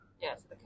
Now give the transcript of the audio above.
Yes